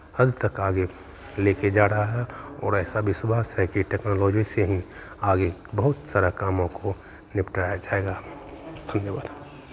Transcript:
हल तक आगे लेके जा रहा है और ऐसा विश्वास है कि टेक्नोलॉजी से ही आगे बहुत सारा काम निपटाया जाएगा धन्यवाद